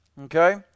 okay